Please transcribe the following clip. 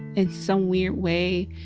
in some weird way.